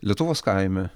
lietuvos kaime